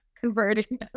converting